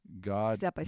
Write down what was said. God